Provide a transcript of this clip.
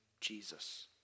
Jesus